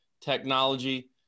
technology